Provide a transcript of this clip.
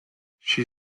she